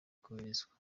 koherezwa